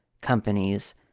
companies